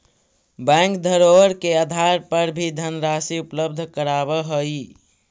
bank धरोहर के आधार पर भी धनराशि उपलब्ध करावऽ हइ